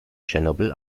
tschernobyl